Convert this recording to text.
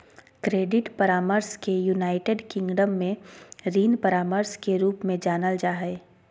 credit परामर्श के United Kingdom में ऋण परामर्श के रूप में जानल जा हइ